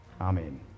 Amen